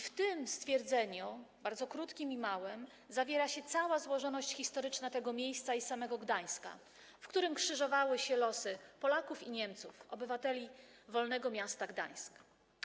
W tym stwierdzeniu, bardzo krótkim i małym, zawiera się cała złożoność historyczna tego miejsca i samego Gdańska, w którym krzyżowały się losy Polaków i Niemców - obywateli Wolnego Miasta Gdańska.